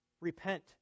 repent